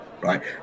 right